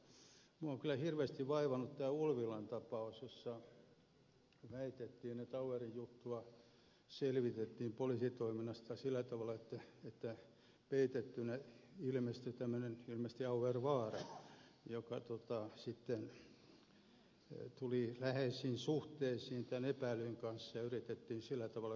minua on kyllä hirveästi vaivannut tämä ulvilan tapaus jossa väitettiin että auerin juttua selvitettiin poliisitoiminnassa sillä tavalla että peitettynä ilmestyi ilmeisesti tämmöinen auervaara joka sitten tuli läheisiin suhteisiin tämän epäillyn kanssa ja yritettiin sillä tavalla selvittää tilannetta